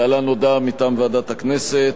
להלן הודעה מטעם ועדת הכנסת: